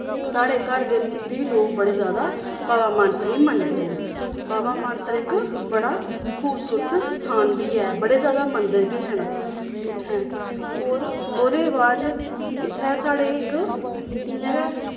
साढ़े घर दे बी लोग बड़े ज्यादा बाबा मानसर गी मन्नदे न बाबा मानसर इक बड़ा खूबसूरत स्थान बी ऐ बड़े ज्यादा मन्दर बी हैन उत्थें होर ओह्दे बाद च इत्थें साढ़े इक इ'यां गै